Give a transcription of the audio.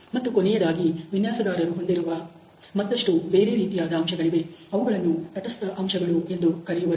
ಮತ್ತು ಕೊನೆಯದಾಗಿ ವಿನ್ಯಾಸಗಾರರು ಹೊಂದಿರುವ ಮತ್ತಷ್ಟು ಬೇರೆ ರೀತಿಯಾದ ಅಂಶಗಳಿವೆ ಅವುಗಳನ್ನು ತಟಸ್ಥ ಅಂಶಗಳು ಎಂದು ಕರೆಯುವರು